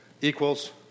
equals